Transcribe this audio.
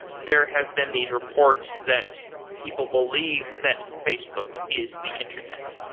there have been these reports that people believe that facebook is the internet.